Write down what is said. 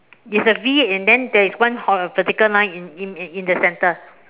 it's a V and then there's one vertical line in in in the centre